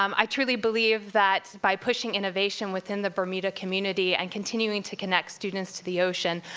um i truly believe that by pushing innovation within the bermuda community, and continuing to connect students to the ocean,